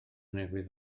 newydd